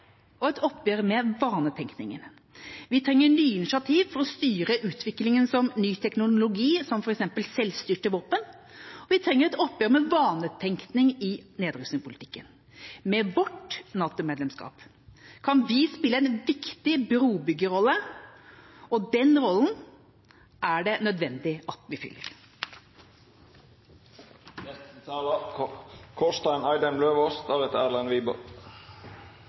og et oppgjør med vanetenkningen. Vi trenger nye initiativ for å styre utviklingen innen ny teknologi, som f.eks. selvstyrte våpen, og vi trenger et oppgjør med vanetenkning i nedrustningspolitikken. Med vårt NATO-medlemskap kan vi spille en viktig brobyggerrolle, og den rollen er det nødvendig at vi fyller.